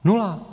Nula.